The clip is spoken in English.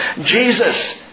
Jesus